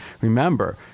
Remember